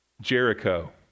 Jericho